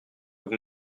vous